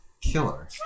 Killer